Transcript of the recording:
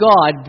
God